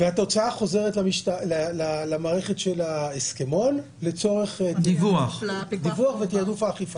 והתוצאה חוזרת למערכת של ההסכמון לצורך דיווח ותעדוף האכיפה.